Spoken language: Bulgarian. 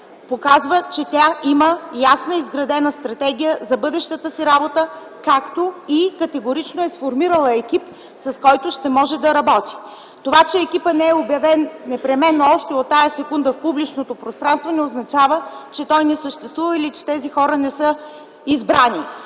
показва, че тя има ясно изградена стратегия за бъдещата си работа, както и категорично – сформирала е екип, с който ще може да работи. Това, че екипът не е обявен непременно още на тази секунда в публичното пространство, не означава, че той не съществува или че тези хора не са избрани.